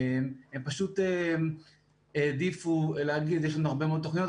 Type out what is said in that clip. הם פשוט העדיפו להגיד: יש לנו הרבה מאוד תוכניות.